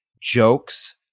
jokes